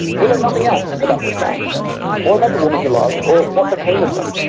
we know nothing else about this man or about the woman he loved or what became of them,